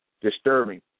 disturbing